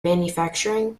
manufacturing